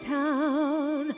town